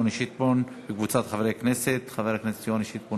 ותחזור לוועדת החוץ והביטחון להכנתה לקריאה שנייה ושלישית.